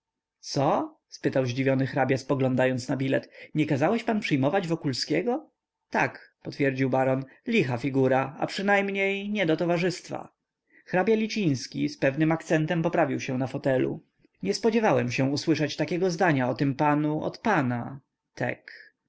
co spytał zdziwiony hrabia spoglądając na bilet nie kazałeś pan przyjmować wokulskiego tak potwierdził baron licha figura a przynajmniej nie do towarzystwa hrabia liciński z pewnym akcentem poprawił się na fotelu nie spodziewałem się usłyszeć takiego zdania o tym panu od pana tek